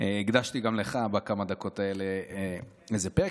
הקדשתי גם לך בכמה דקות האלה איזה "פק",